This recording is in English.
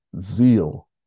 Zeal